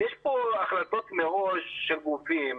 יש פה החלטות מראש של גופים,